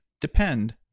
depend